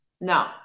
No